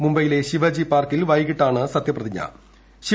മുംബൈയിലെ ശിവജി പാർക്കിൽ വൈകിട്ടാണ് സത്യപ്രതിജ്ഞ ചടങ്ങ്